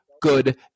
good